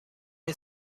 این